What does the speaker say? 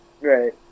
right